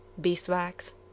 beeswax